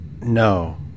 No